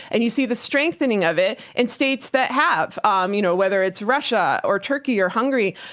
and you see the strengthening of it, and states that have. um you know, whether it's russia or turkey or hungary.